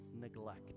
neglect